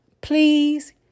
please